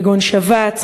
כגון שבץ,